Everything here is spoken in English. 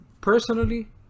personally